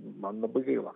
man labai gaila